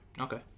okay